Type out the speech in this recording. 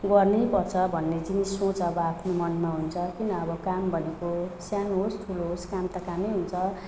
गर्नैपर्छ भन्ने जिनिस सोच अब आफ्नो मनमा हुन्छ किन अब काम भनेको सानो होस् ठुलो होस् काम त कामै हुन्छ